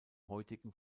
heutigen